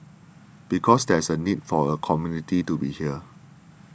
because there's a need for a community to be here